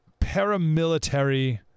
paramilitary